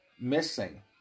missing